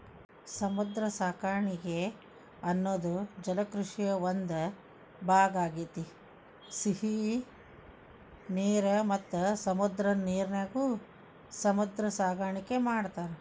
ಸಮುದ್ರ ಸಾಕಾಣಿಕೆ ಅನ್ನೋದು ಜಲಕೃಷಿಯ ಒಂದ್ ಭಾಗ ಆಗೇತಿ, ಸಿಹಿ ನೇರ ಮತ್ತ ಸಮುದ್ರದ ನೇರಿನ್ಯಾಗು ಸಮುದ್ರ ಸಾಕಾಣಿಕೆ ಮಾಡ್ತಾರ